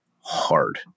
hard